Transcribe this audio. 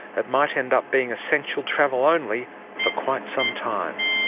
it might end up being essential travel only for quite some time.